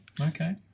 okay